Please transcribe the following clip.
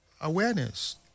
awareness